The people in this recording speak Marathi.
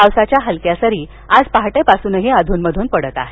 पावसाच्या हलक्या सरी आज पहाटेपासून अधूनमधून पडतच आहेत